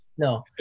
No